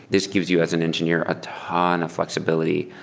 this gives you as an engineer a ton of flexibility.